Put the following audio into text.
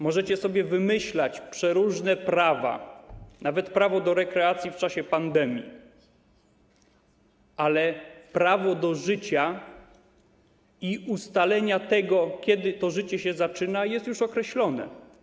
Możecie sobie wymyślać przeróżne prawa, nawet prawo do rekreacji w czasie pandemii, ale prawo do życia i ustalenia tego, kiedy to życie się zaczyna, jest już określone.